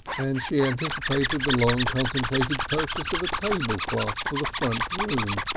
and she anticipated the long-contemplated purchase of a tablecloth for the front room,